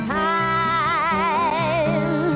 time